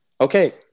Okay